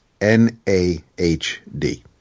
N-A-H-D